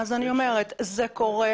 אני אומרת שזה קורה.